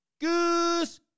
Goose